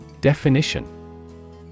Definition